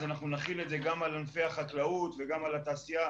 נחיל את זה גם על ענפי החקלאות וגם על התעשייה